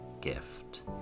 gift